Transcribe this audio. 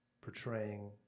portraying